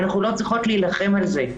אנחנו לא צריכות להילחם על זה.